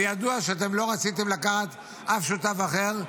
וידוע שלא רציתם לקחת אף שותף אחר,